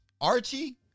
Archie